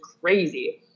crazy